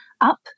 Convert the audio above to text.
up